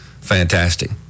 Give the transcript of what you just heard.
Fantastic